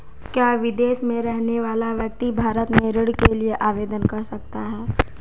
क्या विदेश में रहने वाला व्यक्ति भारत में ऋण के लिए आवेदन कर सकता है?